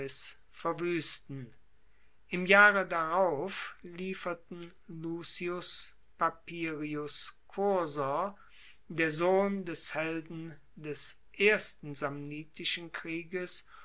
verwuesten im jahre darauf lieferten lucius papirius cursor der sohn des helden des ersten samnitischen krieges